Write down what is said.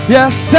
Yes